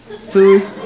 food